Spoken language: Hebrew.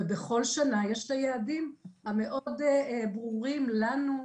ובכל שנה יש את היעדים המאוד ברורים לנו,